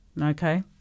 Okay